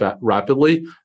rapidly